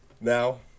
Now